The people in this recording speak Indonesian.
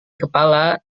kepala